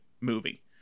movie